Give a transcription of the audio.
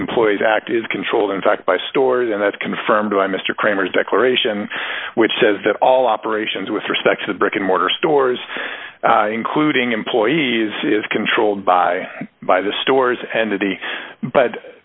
employees act is controlled in fact by stores and that's confirmed by mr cramer's declaration which says that all operations with respect to the brick and mortar stores including employees is controlled by by the stores and